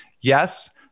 Yes